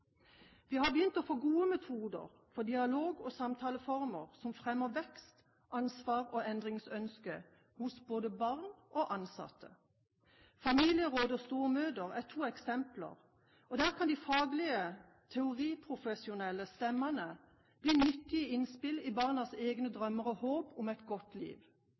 Vi har begynt å få gode metoder for dialog- og samtaleformer som fremmer vekst, ansvar og endringsønsker hos både barn og ansatte. Familieråd og stormøter er to eksempler. Der kan de faglige, teoriprofesjonelle stemmene bli nyttige innspill i barnas egne drømmer og håp om et godt liv.